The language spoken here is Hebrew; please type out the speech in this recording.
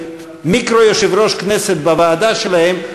הם מיקרו-יושב-ראש הכנסת בוועדה שלהם,